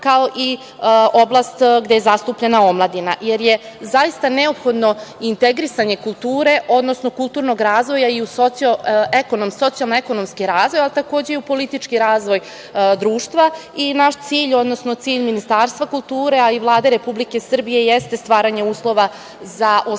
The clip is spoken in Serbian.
kao i oblast gde je zastupljena omladina, jer je zaista neophodno integrisanje kulture, odnosno kulturnog razvoja socijalno-ekonomski razvoj, ali takođe i u politički razvoj društva. Naš cilj, odnosno cilj Ministarstva kulture, a i Vlade Republike Srbije jeste stvaranje uslova za ostvarivanje